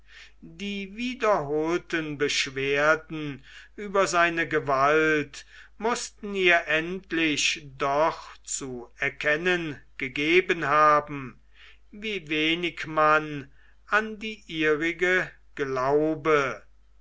die wiederholten beschwerden über seine gewalt mußten ihr endlich doch zu erkennen gegeben haben wie wenig man an die ihrige glaube